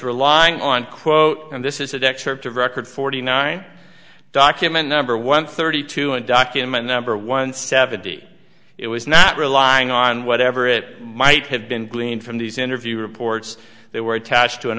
relying on quote and this is an excerpt of record forty nine document number one thirty two and document number one seventy it was not relying on whatever it might have been gleaned from these interview reports that were attached to